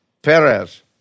Perez